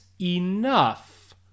enough